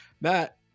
Matt